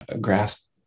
grasp